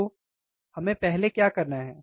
तो हमें पहले क्या करना है